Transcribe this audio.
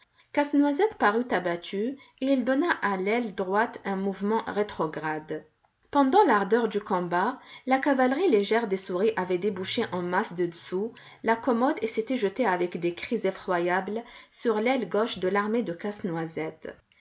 casse-noisette parut abattu et il donna à l'aile droite un mouvement rétrograde pendant l'ardeur du combat la cavalerie légère des souris avait débouché en masse de dessous la commode et s'était jetée avec des cris effroyables sur l'aile gauche de l'armée de casse-noisette